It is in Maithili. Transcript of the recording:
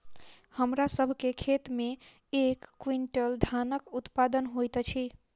हमरा सभ के खेत में एक क्वीन्टल धानक उत्पादन होइत अछि